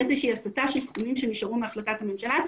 איזושהי הסטה של סכומים שנשארו מהחלטת הממשלה,